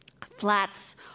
Flats